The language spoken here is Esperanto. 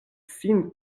sin